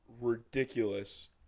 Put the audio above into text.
ridiculous